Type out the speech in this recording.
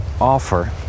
offer